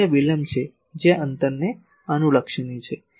તેથી આ વિલંબ છે જે અંતરને અનુલક્ષીને છે